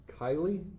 Kylie